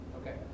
okay